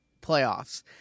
playoffs